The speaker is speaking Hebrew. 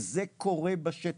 וזה קורה בשטח,